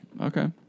Okay